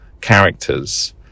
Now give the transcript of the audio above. characters